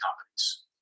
companies